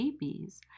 babies